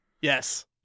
Yes